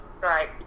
right